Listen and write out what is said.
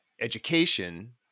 education